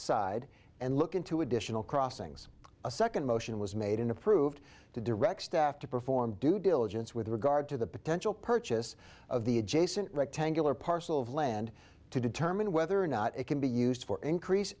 side and look into additional crossings a second motion was made and approved to direct staff to perform due diligence with regard to the potential purchase of the adjacent rectangular parcel of land to determine whether or not it can be used for increase